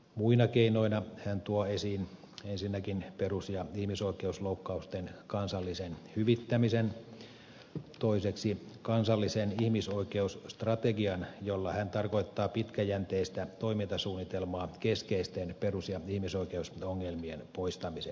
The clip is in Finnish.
muina keinoina hän tuo esiin ensinnäkin perus ja ihmisoikeusloukkausten kansallisen hyvittämisen toiseksi kansallisen ihmisoikeusstrategian jolla hän tarkoittaa pitkäjänteistä toimintasuunnitelmaa keskeisten perus ja ihmisoikeusongelmien poistamiseksi